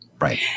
Right